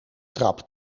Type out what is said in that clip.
trap